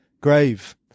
grave